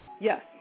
Yes